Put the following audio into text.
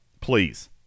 Please